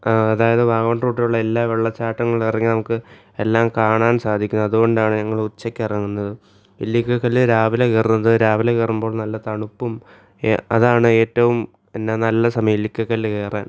അതായത് വാഗമണ് റൂട്ടുകളിലെ എല്ലാ വെള്ളച്ചാട്ടങ്ങളിലും ഇറങ്ങി നമുക്ക് എല്ലാം കാണാന് സാധിക്കുന്നു അതുകൊണ്ടാണ് ഞങ്ങൾ ഉച്ചക്ക് ഇറങ്ങുന്നത് ഇല്ലിക്കല് കല്ല് രാവിലെ കയറുന്നത് രാവിലെ കയറുമ്പോൾ നല്ല തണുപ്പും അതാണ് ഏറ്റവും പിന്നെ നല്ല സമയം ഇല്ലിക്കല് കല്ല് കയറാന്